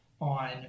on